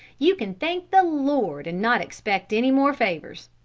you can thank the lord and not expect any more favours.